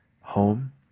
home